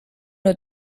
nur